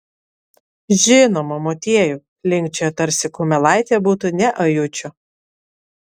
žinoma motiejau linkčioja tarsi kumelaitė būtų ne ajučio